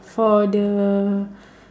for the